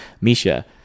Misha